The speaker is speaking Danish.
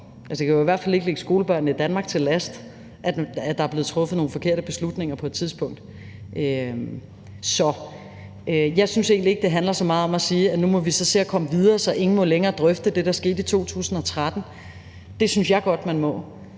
Det kan i hvert fald ikke ligge skolebørnene i Danmark til last, at der er blevet truffet nogle forkerte beslutninger på et tidspunkt. Så jeg synes egentlig ikke, det handler så meget om at sige: Nu må vi så se at komme videre, så ingen må længere drøfte det, der skete i 2013. Det synes jeg godt man må.